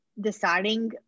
deciding